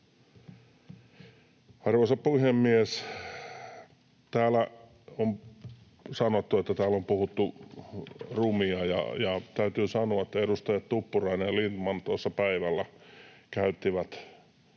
Arvoisa puhemies! Täällä on sanottu, että täällä on puhuttu rumia. Täytyy sanoa, että edustajat Tuppurainen ja Lindtman tuossa päivällä puhuivat